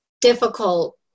difficult